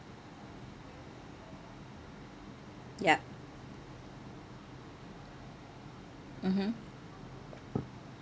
yup mmhmm